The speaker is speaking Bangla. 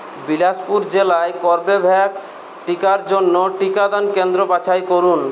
বিলাসপুর জেলায় কর্বেভ্যাক্স টিকার জন্য টিকাদান কেন্দ্র বাছাই করুন